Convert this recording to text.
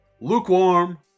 lukewarm